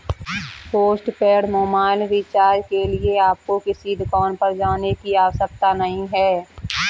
postpaid mobile recharge के लिए आपको किसी दुकान पर जाने की आवश्यकता नहीं है